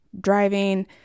driving